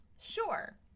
Sure